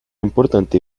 importante